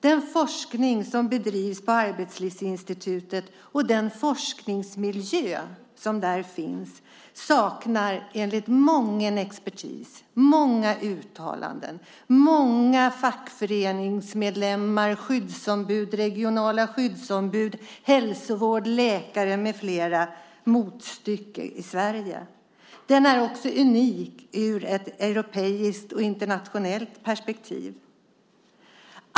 Den forskning som bedrivs på Arbetslivsinstitutet och den forskningsmiljö som där finns saknar enligt mången expert, många uttalanden, många fackföreningsmedlemmar, skyddsombud, regionala skyddsombud, hälsovård, läkare med flera motstycke i Sverige. Den är också unik ur ett europeiskt och internationellt perspektiv.